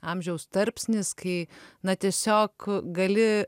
amžiaus tarpsnis kai na tiesiog gali